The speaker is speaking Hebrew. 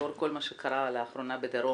לאור כל מה שקרה לאחרונה בדרום,